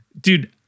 dude